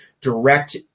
direct